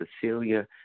Cecilia